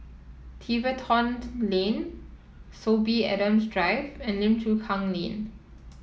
Tiverton Lane Sorby Adams Drive and Lim Chu Kang Lane